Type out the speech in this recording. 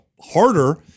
harder